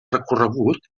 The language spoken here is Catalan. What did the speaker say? recorregut